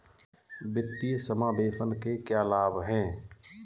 वित्तीय समावेशन के क्या लाभ हैं?